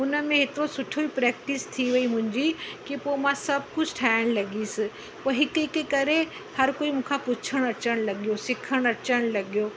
हुन में एतिरो सुठी प्रैक्टिस थी वई मुंहिंजी की पोइ मां सभु कुझु ठाहिणु लॻियसि पोइ हिकु हिकु करे हर कोई मूंखां पुछणु अचणु लॻियो सिखणु अचणु लॻियो